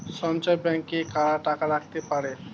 সঞ্চয় ব্যাংকে কারা টাকা রাখতে পারে?